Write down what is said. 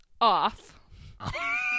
off